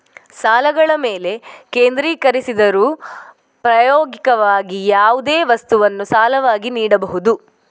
ಸಾಲಗಳ ಮೇಲೆ ಕೇಂದ್ರೀಕರಿಸಿದರೂ, ಪ್ರಾಯೋಗಿಕವಾಗಿ, ಯಾವುದೇ ವಸ್ತುವನ್ನು ಸಾಲವಾಗಿ ನೀಡಬಹುದು